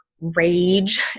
rage